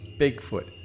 Bigfoot